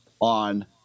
on